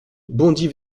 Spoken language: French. bondit